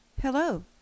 Hello